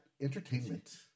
Entertainment